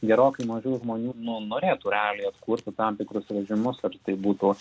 gerokai mažiau žmonių nu norėtų realiai atkurti tam tikrus režimus ar tai būtų